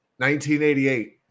1988